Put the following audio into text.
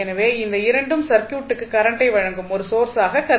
எனவே இந்த இரண்டும் சர்க்யூடுக்கு கரண்டை வழங்கும் ஒரு சோர்ஸாக கருதப்படும்